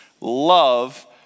love